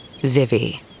Vivi